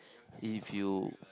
if you